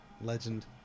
Legend